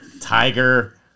tiger